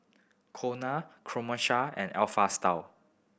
Cornell Krombacher and Alpha Style